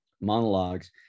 monologues